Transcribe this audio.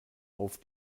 auf